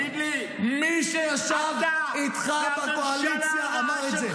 מי שישב איתך בקואליציה אמר את זה.